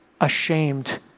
ashamed